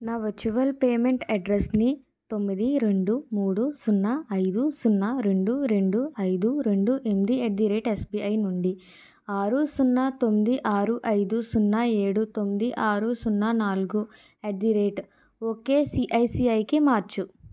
నా virtual payment అడ్రస్ని తొమ్మిది రెండు మూడు సున్నా ఐదు సున్నా రెండు రెండు ఐదు రెండు ఎనిమిది ఎట్ ది రేట్ ఎస్బిఐ నుండి ఆరు సున్నా తొమ్మిది ఆరు ఐదు సున్నా ఏడు తొమ్మిది ఆరు సున్నా నాలుగు ఎట్ ది రేట్ ఓకే సిఐసిఐకి మార్చు